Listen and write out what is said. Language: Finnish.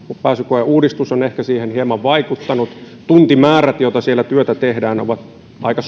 pääsykoeuudistus on ehkä siihen hieman vaikuttanut tuntimäärät joita siellä työtä tehdään ovat aika